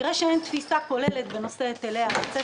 נראה שאין תפיסה כוללת בנושא היטלי ההיצף,